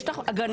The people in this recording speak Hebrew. יש לך הגנה,